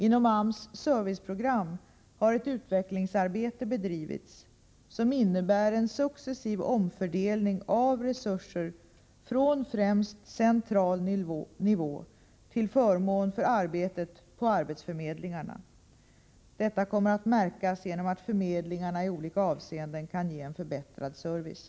Inom AMS serviceprogram har ett utvecklingsarbete bedrivits som innebär en successiv omfördelning av resurser från främst central nivå till förmån för arbetet på arbetsförmedlingarna. Detta kommer att märkas genom att förmedlingarna i olika avseenden kan ge en förbättrad service.